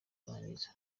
kurangiza